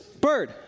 Bird